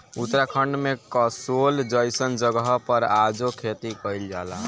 उत्तराखंड में कसोल जइसन जगह पर आजो खेती कइल जाला